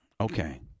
Okay